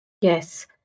yes